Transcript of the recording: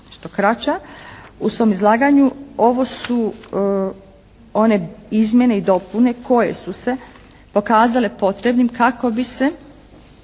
u svom izlaganju. Ovo su one izmjene i dopune koje su se pokazale potrebnim kako bi se